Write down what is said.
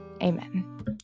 amen